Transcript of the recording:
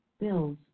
bills